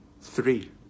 Three